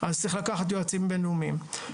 אז צריך לקחת יועצים בין לאומיים.